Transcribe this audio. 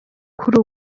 kuri